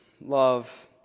Love